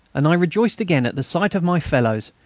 and i rejoiced again at the sight of my fellows,